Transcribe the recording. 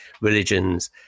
religions